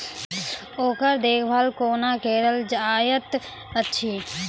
ओकर देखभाल कुना केल जायत अछि?